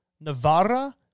Navarra